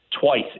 twice